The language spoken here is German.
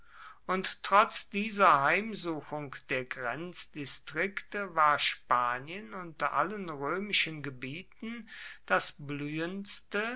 und trotz dieser heimsuchung der grenzdistrikte war spanien unter allen römischen gebieten das blühendste